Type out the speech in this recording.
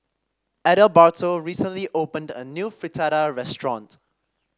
Adalberto recently opened a new Fritada restaurant